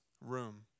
room